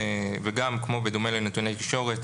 ובדומה לנתוני תקשורת,